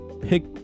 pick